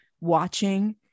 watching